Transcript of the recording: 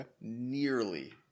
nearly